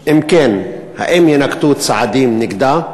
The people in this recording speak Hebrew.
2. אם כן, האם יינקטו צעדים נגדה?